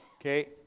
Okay